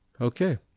okay